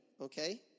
okay